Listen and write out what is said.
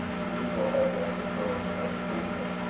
the usual head-dress of girls in her position,